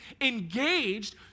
engaged